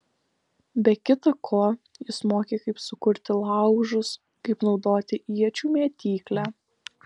be kita ko jis mokė kaip sukurti laužus kaip naudoti iečių mėtyklę